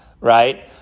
right